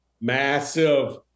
Massive